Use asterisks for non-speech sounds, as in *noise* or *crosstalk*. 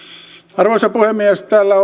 arvoisa puhemies täällä *unintelligible*